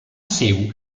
seu